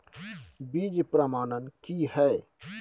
बीज प्रमाणन की हैय?